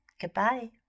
goodbye